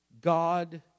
God